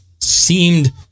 seemed